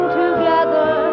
together